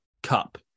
Cup